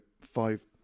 five